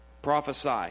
Prophesy